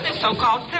so-called